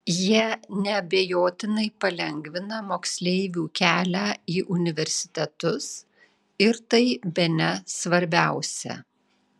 jie neabejotinai palengvina moksleivių kelią į universitetus ir tai bene svarbiausia